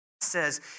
says